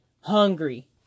hungry